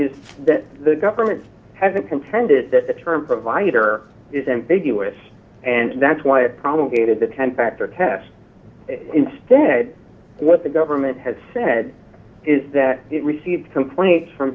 is that the government hasn't contended that the term provider is ambiguous and that's why a problem gaited the factor test instead what the government has said is that it received complaints from